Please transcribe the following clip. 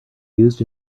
used